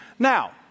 Now